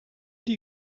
die